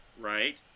right